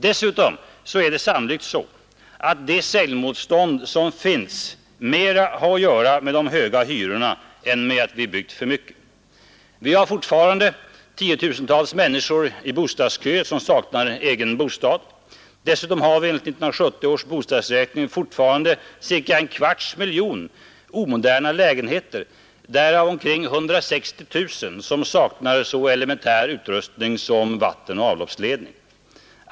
Dessutom är det sannolikt så att det säljmotstånd som finns mera har att göra med de höga hyrorna än med att vi byggt för mycket. Vi har fortfarande tiotusentals människor i bostadskön som saknar egen bostad. Dessutom har vi enligt 1970 års bostadsräkning fortfarande cirka en 23 kvarts miljon omoderna lägenheter, därav omkring 160 000 som saknar så elementär utrustning som vattenoch avloppsledning.